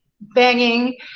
banging